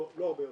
לא הרבה יותר.